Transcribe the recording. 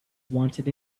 wanted